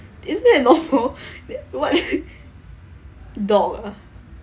isn't that normal what dog ah